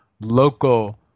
local